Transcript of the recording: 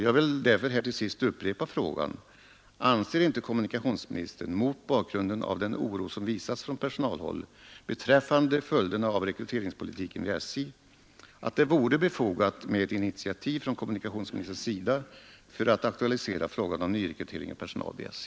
Jag vill därför här upprepa min fråga: Anser inte kommunikationsministern, mot bakgrunden av den oro som visats från personalhåll beträffande följderna av rekryteringspolitiken vid SJ, att det vore befogat med ett initiativ från kommunikationsministerns sida för att aktualisera frågan om rekrytering av personal vid SJ?